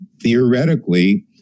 theoretically